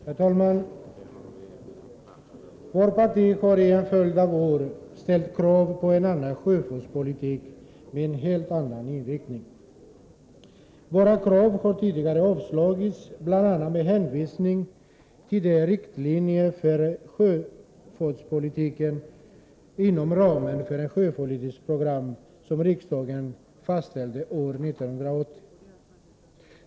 Herr talman! Vårt parti har i en följd av år ställt krav på en annan sjöfartspolitik med en helt annan inriktning. Våra krav har tidigare avslagits, bl.a. med hänvisning till de riktlinjer för sjöfartspolitiken inom ramen för ett sjöfartspolitiskt program som riksdagen fastställde år 1980.